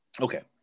Okay